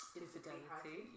Infidelity